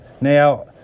Now